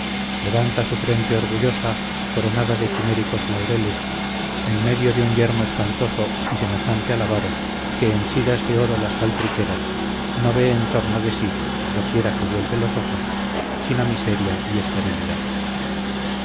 levanta su frente orgullosa coronada de quiméricos laureles en medio de un yermo espantoso y semejante al avaro que henchidas de oro las faltriqueras no ve en torno de sí doquiera que vuelve los ojos sino miseria y esterilidad